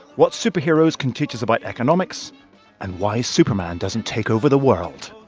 what superheroes can teach us about economics and why superman doesn't take over the world